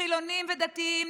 חילונים ודתיים,